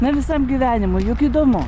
na visam gyvenimui juk įdomu